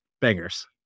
bangers